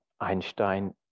Einstein